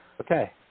Okay